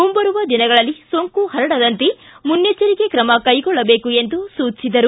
ಮುಂಬರುವ ದಿನಗಳಲ್ಲಿ ಸೋಂಕು ಪರಡದಂತೆ ಮುನ್ನೆಚ್ಚರಿಕೆ ಕ್ರಮ ಕೈಗೊಳ್ಳಬೇಕು ಎಂದು ಸೂಚಿಸಿದರು